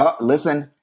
Listen